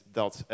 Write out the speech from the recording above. dat